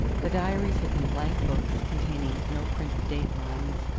the diaries had been blank books containing no printed date lines.